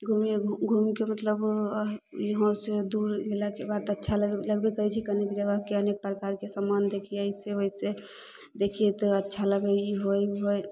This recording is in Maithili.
घूमियै घुमिके मतलब इएहासँ दूर गेलाके बाद अच्छा लगय छै जनबे करय छी कि अनेक जगहके अनेक प्रकारके सामान देखियै ऐसे वैसे देखियै तऽ अच्छा लगय ई होइ उ होइ